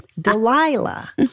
Delilah